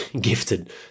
gifted